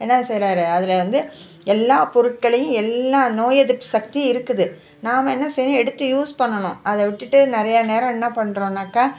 என்ன செய்றார் அதில் வந்து எல்லா பொருட்களையும் எல்லா நோய் எதிர்ப்பு சக்தியும் இருக்குது நாம் என்ன செய்யணும் எடுத்து யூஸ் பண்ணணும் அதை விட்டுவிட்டு நிறையா நேரம் என்ன பண்ணுறோம்னாக்கா